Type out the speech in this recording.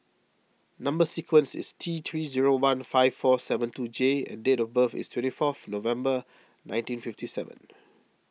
Number Sequence is T three zero one five four seven two J and date of birth is twenty fourth November nineteen fifty seven